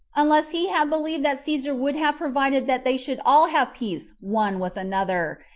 unless he had believed that caesar would have provided that they should all have peace one with another,